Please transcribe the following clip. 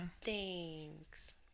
Thanks